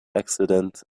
accident